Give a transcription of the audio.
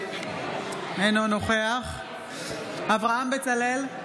אינו נוכח אברהם בצלאל,